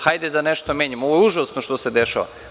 Hajde da nešto menjamo, ovo je užasno što se dešava.